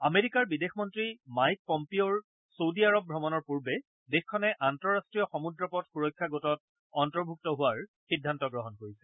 আমেৰিকাৰ বিদেশমন্তী মাইক পম্পিঅৰ চৌদী আৰব ভ্ৰমণৰ পূৰ্বে দেশখনে আন্তঃৰাষ্টীয় সমূদ্ৰ পথ সুৰক্ষা গোটত অন্তৰ্ভূক্ত হোৱাৰ সিদ্ধান্ত লৈছে